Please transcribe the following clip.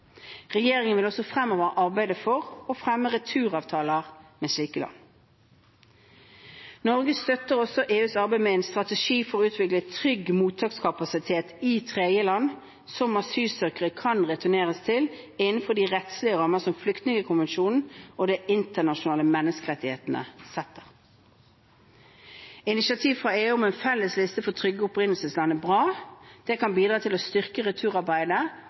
Regjeringen vil også fremover arbeide for å fremme returavtaler med slike land. Norge støtter også EUs arbeid med en strategi for å utvikle trygg mottakskapasitet i tredjeland som asylsøkere kan returneres til innenfor de rettslige rammer som Flyktningkonvensjonen og de internasjonale menneskerettighetene setter. Initiativet fra EU om en felles liste for trygge opprinnelsesland er bra. Dette kan bidra til å styrke returarbeidet